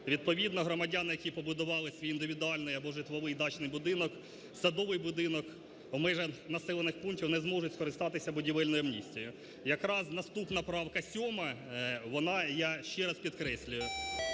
відповідно громадяни, які побудували свій індивідуальний або житловий дачний будинок, садовий будинок, в межах населених пунктів не зможуть скористатися будівельною амністією. Якраз наступна правка 7, вона, я ще раз підкреслюю: